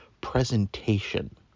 presentation